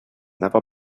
never